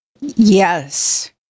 Yes